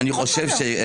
הכול בסדר.